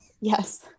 Yes